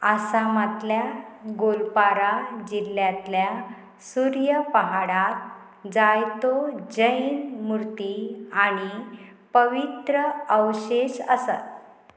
आसामांतल्या गोलपारा जिल्ल्यांतल्या सूर्य पहाडांत जायतो जैन मुर्ती आनी पवित्र अवशेश आसात